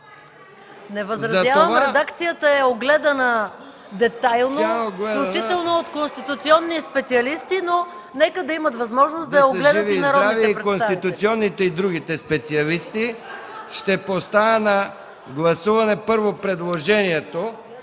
Не възразявам. Редакцията е огледана детайлно, включително от конституционни специалисти, но нека да имат възможност да я огледат и народните представители.